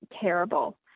terrible